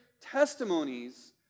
testimonies